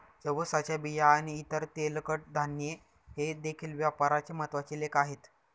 जवसाच्या बिया आणि इतर तेलकट धान्ये हे देखील व्यापाराचे महत्त्वाचे लेख आहेत